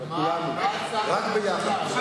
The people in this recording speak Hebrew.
לכולנו, רק ביחד.